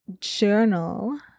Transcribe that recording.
journal